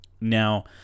Now